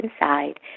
inside